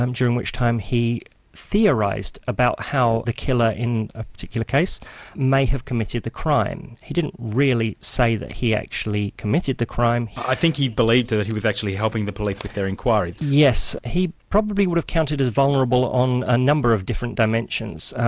um during which time he theorised about how a killer in a particular case may have committed the crime. he didn't really say that he actually committed the crime. i think he believed that he was actually helping the police with their inquiries. yes. he probably would have counted as vulnerable on a number of different dimensions.